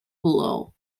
below